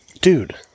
dude